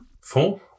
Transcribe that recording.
Four